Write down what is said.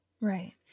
Right